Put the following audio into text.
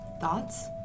Thoughts